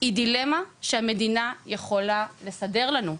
היא דילמה שהמדינה יכולה לסדר לנו.